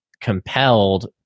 compelled